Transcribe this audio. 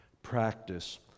practice